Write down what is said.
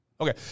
Okay